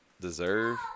deserve